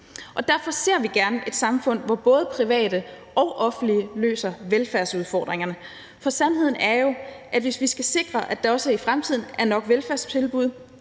Derfor ser vi gerne et samfund, hvor både private og offentlige løser velfærdsudfordringerne. For sandheden er jo, at hvis vi skal sikre, at der også i fremtiden er nok velfærdstilbud